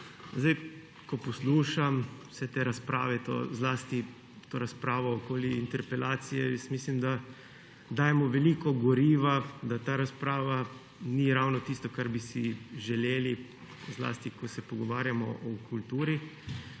Ko poslušam vse te razprave, zlasti to razpravo glede interpelacije, mislim, da dajemo veliko goriva, da ta razprava ni ravno tisto, kar bi si želeli, zlasti ko se pogovarjamo o kulturi.